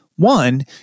One